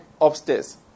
upstairs